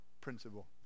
principle